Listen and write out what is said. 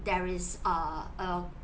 there is err a